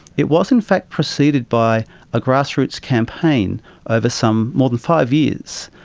it was in fact preceded by a grassroots campaign over some more than five years,